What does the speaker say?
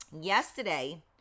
Yesterday